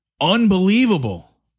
Unbelievable